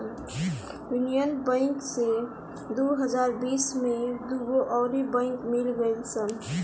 union bank से दू हज़ार बिस में दूगो अउर बैंक मिल गईल सन